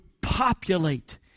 populate